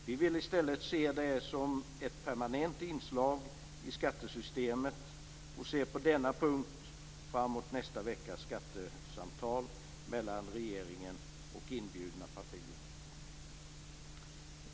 Vi vill i stället se detta som ett permanent inslag i skattesystemet och ser på denna punkt fram emot nästa veckas skattesamtal mellan regeringen och inbjudna partier.